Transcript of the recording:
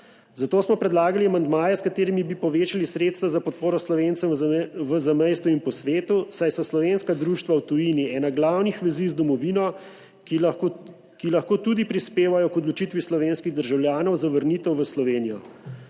zato smo predlagali amandmaje, s katerimi bi povečali sredstva za podporo Slovencem v zamejstvu in po svetu, saj so slovenska društva v tujini ena glavnih vezi z domovino, ki lahko tudi prispevajo k odločitvi slovenskih državljanov za vrnitev v Slovenijo.